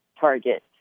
target